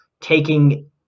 taking